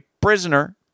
prisoner